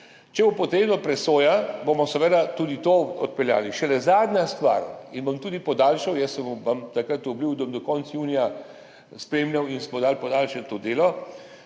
Če bo potrebna presoja, bomo seveda tudi to speljali. Še zadnja stvar, ki jo bom tudi podaljšal, jaz sem vam takrat obljubil, da bom do konca junija spremljal in smo podaljšali to delo,